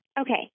Okay